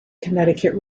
connecticut